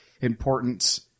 importance